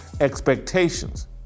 expectations